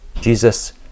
Jesus